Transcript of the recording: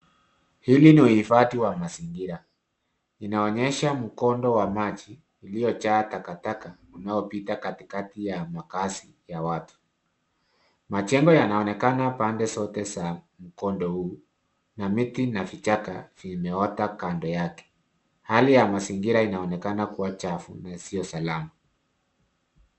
Hili ni uhifadhi wa mazingira. Inaonyesha mkondo wa maji iliyojaa takataka unaopita katikati ya makaazi ya watu. Majengo yanaonekana pande zote za mkondo huu na miti na vichaka vimeota kando yake. Hali ya mazingira inaonekana kuwa chafu na sio salama.